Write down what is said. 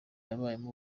yabayemo